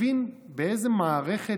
תבין באיזו מערכת,